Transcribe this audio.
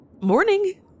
morning